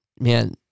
man